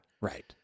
Right